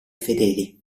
fedeli